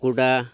କୁଟା